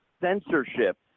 censorship